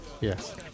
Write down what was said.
Yes